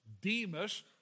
Demas